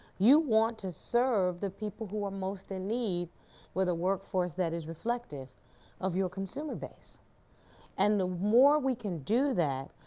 you want to serve the people who are most in need with a workforce that is reflective of your consumer base and the more we can do that,